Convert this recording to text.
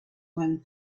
one